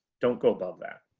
don't go above that.